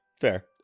fair